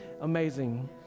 amazing